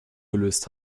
gelöst